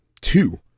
two